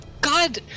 God